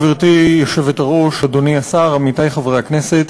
גברתי היושבת-ראש, אדוני השר, עמיתי חברי הכנסת,